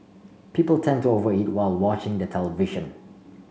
people tend to over eat while watching the television